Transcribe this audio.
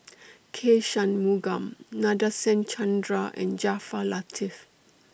K Shanmugam Nadasen Chandra and Jaafar Latiff